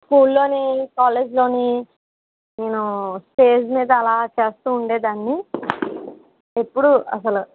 school లోని college లోని stage మీద అలా చేస్తూ ఉండేదాన్ని ఎప్పుడు అసలు